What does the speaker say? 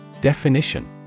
Definition